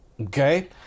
Okay